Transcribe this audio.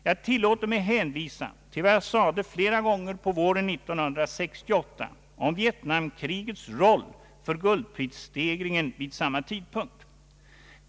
Jag tillåter mig hänvisa till vad jag sade flera gånger på våren 1968 om Vietnamkrigets roll för guldprisstegringen vid samma tidpunkt.